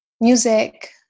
music